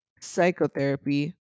psychotherapy